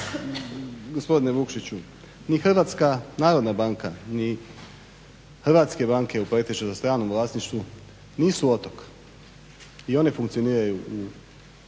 Gospodine Vukšiću, ni HNB ni hrvatske banke u pretežito stranom vlasništvu nisu otok i one funkcioniraju u